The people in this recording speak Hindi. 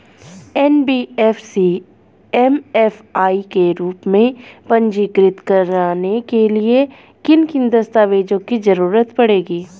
एन.बी.एफ.सी एम.एफ.आई के रूप में पंजीकृत कराने के लिए किन किन दस्तावेजों की जरूरत पड़ेगी?